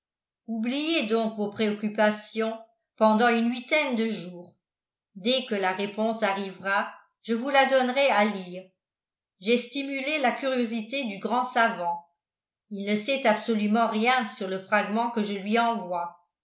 oubliez donc vos préoccupations pendant une huitaine de jours dès que la réponse arrivera je vous la donnerai à lire j'ai stimulé la curiosité du grand savant il ne sait absolument rien sur le fragment que je lui envoie